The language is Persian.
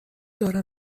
دارم